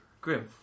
Grim